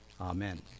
Amen